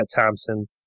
Thompson